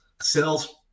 sales